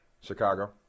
Chicago